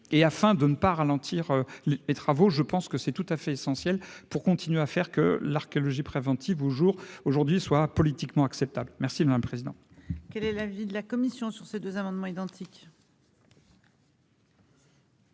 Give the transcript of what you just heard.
et afin de ne pas ralentir les travaux, je pense que c'est tout à fait essentiel pour continuer à faire que l'archéologie préventive au jour aujourd'hui soit politiquement acceptable merci d'un président.